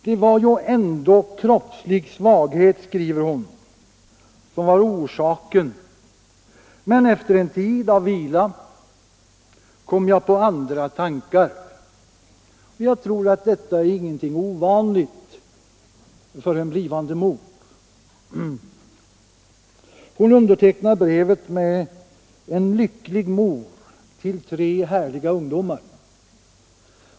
”Det var ju ändå kroppslig svaghet”, skriver hon, ”som var orsaken men efter en tid av vila kom jag på andra tankar.” Hon undertecknar brevet med: En lycklig mor till tre härliga ungdomar.